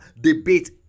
debate